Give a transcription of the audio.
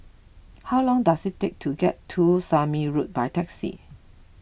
how long does it take to get to Somme Road by taxi